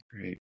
Great